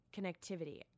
connectivity